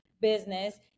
business